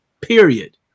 period